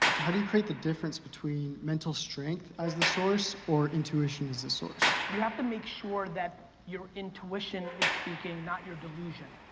how do you create the difference between mental strength as the source or intuition as the source? you have to make sure that your intuition is speaking not your delusion.